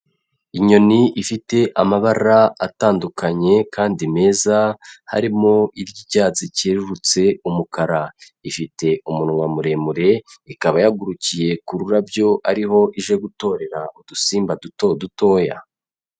Inyoni ifite amabara atandukanye kandi meza, harimo iry'icyatsi cyerurutse, umukara, ifite umunwa muremure, ikaba yagurukiye ku rurabyo ariho ije gutorera udusimba duto dutoya.